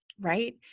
right